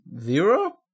Zero